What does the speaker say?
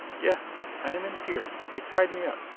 yes. i am in here. they tied me up.